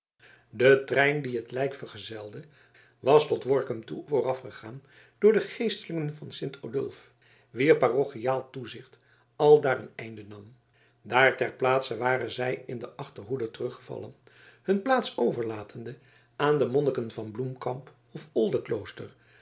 de trein die het lijk vergezelde was tot workum toe voorafgegaan door de geestelijken van sint odulf wier parochiaal toezicht aldaar een einde nam daar ter plaatse waren zij in de achterhoede teruggevallen hun plaats overlatende aan de monniken van bloemkamp of